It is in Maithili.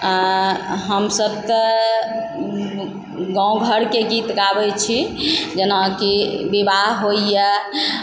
हमसभ तऽ गाँवघरके गीत गाबै छी जेनाकि विवाह होइ यऽ